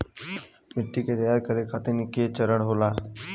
मिट्टी के तैयार करें खातिर के चरण होला?